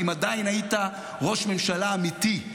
אם עדיין היית ראש ממשלה אמיתי,